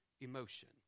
emotion